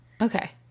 okay